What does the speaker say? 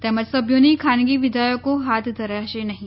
તેમજ સભ્યોના ખાનગી વિધેયકો હાથ ધરાશે નહીં